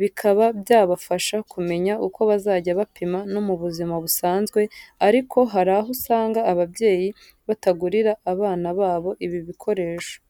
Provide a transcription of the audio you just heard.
bikaba byabafasha kumenya uko bazajya bapima no mu buzima busanzwe, ariko hari aho usaga ababyeyi batagurira abana babo ibi bikoresho.